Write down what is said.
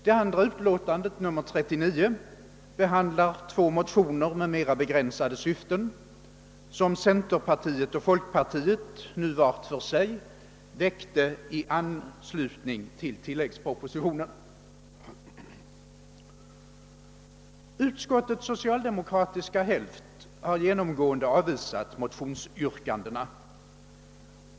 Det andra utlåtandet, nr 39, behandlar två motionspar med mera begränsade syften som centerpartiet och folkpartiet, nu vart för sig, väckt i anslutning till tilläggspropositionen. Utskottets socialdemokratiska hälft har genomgående avvisat motionsyrkandena.